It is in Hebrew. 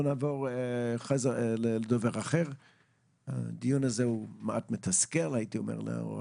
הדיון הזה מעט מתסכל לאור